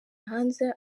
hanze